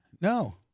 No